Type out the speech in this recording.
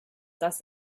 das